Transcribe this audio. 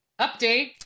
update